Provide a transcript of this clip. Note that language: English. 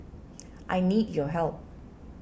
I need your help